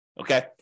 okay